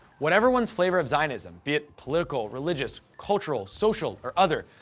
whatever one's flavor of zionism, be it political, religious, cultural, social, or other,